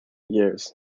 years